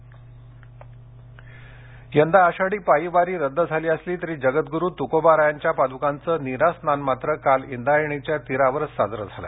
नीरास्नान यंदा आषाढी पायी वारी रद्द झाली असली तरी जगद्वूरू तुकोबारायांच्या पादुकांचं नीरा स्नान मात्र काल इंद्रायणीच्या तीरावरच साजर झालं